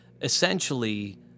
Essentially